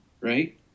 right